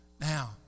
Now